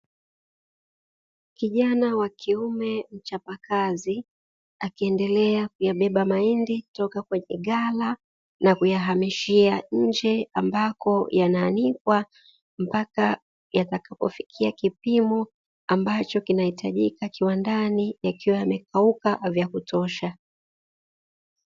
Kijana wa kiume mchapakazi, akiendelea kuyabeba mahindi toka kwenye ghala na kuyahamishia nje, ambako yanaanikwa mpaka yatakapofikia kipimo, ambacho kinahitajika kiwandani yakiwa yamekauka vyakutosha.